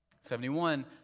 Seventy-one